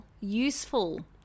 useful